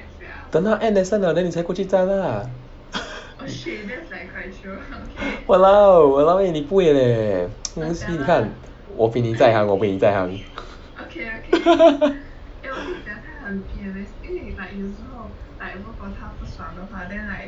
等他 end lesson liao 你才过去站 lah !walao! !walao! eh 你不会 leh 我比你在行我比你在行